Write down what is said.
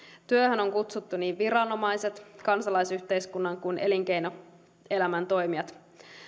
työhön on kutsuttu niin viranomaiset kuin kansalaisyhteiskunnan ja elinkeinoelämän toimijat